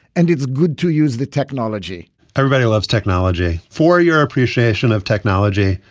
and it's good to use the technology everybody loves technology for your appreciation of technology.